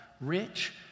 rich